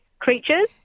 creatures